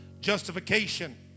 justification